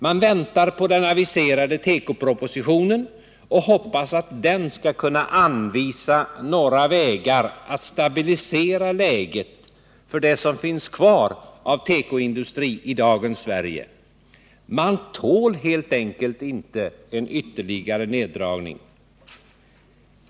Man väntar på den aviserade tekopropositionen och hoppas att den skall kunna anvisa några vägar att stabilisera läget för det som finns kvar av tekoindustri i dagens Sverige. Man tål helt enkelt inte ytterligare neddragning.